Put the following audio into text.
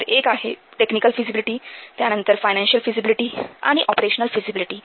तर एक आहे टेक्निकल फिजिबिलिटी त्यानंतर फायनान्शिअल फिजिबिलिटी आणि ऑपरेशनल फिजिबिलिटी